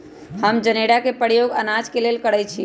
हम जनेरा के प्रयोग अनाज के लेल करइछि